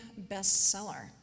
bestseller